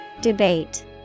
Debate